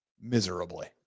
miserably